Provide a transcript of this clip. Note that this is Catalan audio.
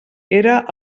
era